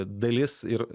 dalis ir